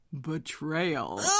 betrayal